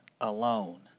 alone